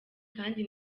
kandi